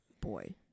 boy